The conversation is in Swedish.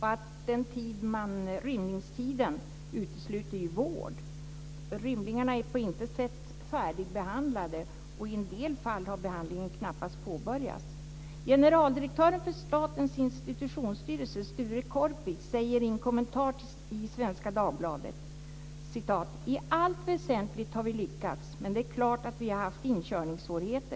att någon är på rymmen. Rymningstiden utesluter vård. Rymlingarna är på intet sätt färdigbehandlade. I en del fall har behandlingen knappast påbörjats. Sture Korpi säger i en kommentar till Svenska Dagbladet: "I allt väsentligt har vi lyckats men det är klart att vi har haft inkörningssvårigheter.